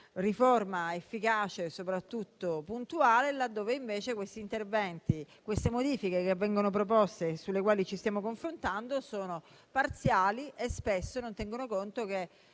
riforma efficace e soprattutto puntuale, laddove invece le modifiche che vengono proposte e sulle quali ci stiamo confrontando sono parziali e spesso non considerano che,